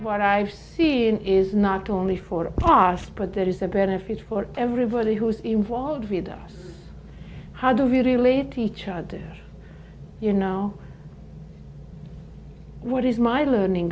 what i've seen is not only for the past but that is a benefit for everybody who's involved with us how do you relate to each other you know what is my learning